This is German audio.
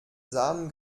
samen